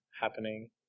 happening